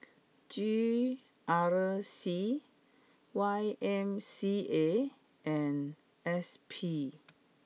G R C Y M C A and S P